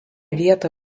vietą